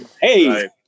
Hey